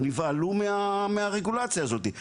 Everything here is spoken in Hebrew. נבהלו מהרגולציה הזאתי,